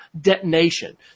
detonation